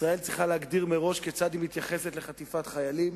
ישראל צריכה להגדיר מראש כיצד היא מתייחסת לחטיפת חיילים